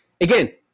Again